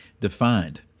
defined